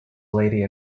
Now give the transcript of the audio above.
lady